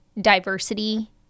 diversity